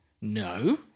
No